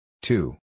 Two